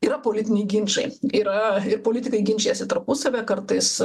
yra politiniai ginčai yra ir politikai ginčijasi tarpusavyje kartais